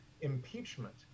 Impeachment